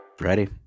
ready